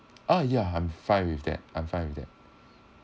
ah yeah I'm fine with that I'm fine with that